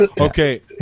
Okay